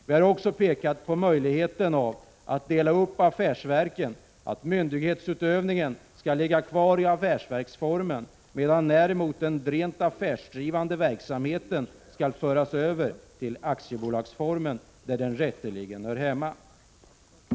Vi har också pekat på möjligheten att dela upp affärsverken så att myndighetsutövningen ligger kvar i affärsverksformen, medan den rena affärsdrivande verksamheten skall föras över till aktiebolagsformen där den rätteligen hör hemma.